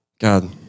God